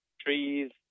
trees